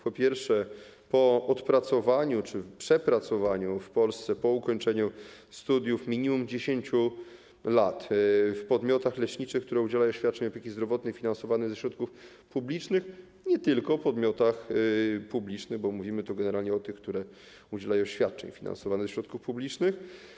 Po pierwsze, po odpracowaniu czy przepracowaniu w Polsce po ukończeniu studiów minimum 10 lat w podmiotach leczniczych, które udzielają świadczeń opieki zdrowotnej finansowanych ze środków publicznych, nie tylko w podmiotach publicznych, bo mówimy tu generalnie o tych, które udzielają świadczeń finansowanych ze środków publicznych.